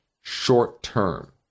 short-term